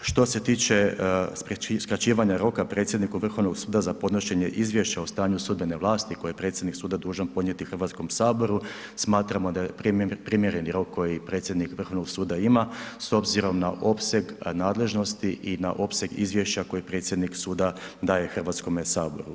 Što se tiče skraćivanja roka predsjedniku Vrhovnog suda za podnošenje izvješća o stanju sudbene vlasti koje je predsjednik suda dužan podnijeti Hrvatskom saboru smatramo da je primjereni rok koji predsjednik Vrhovnog suda ima s obzirom na opseg nadležnosti i na opseg izvješća koji predsjednik suda daje Hrvatskom saboru.